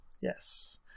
Yes